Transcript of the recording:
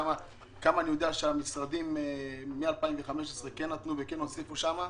כמה כסף המשרדים נתנו והוסיפו שם מ-2015.